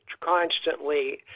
constantly